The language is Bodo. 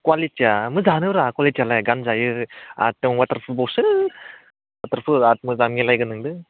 कुवालिटिया मोजांआनो रा कुवालिटियालाय गानजायो आरोथ' वाटार प्रुफ बावसो बिराद मोजां मिलायगोन नोंजों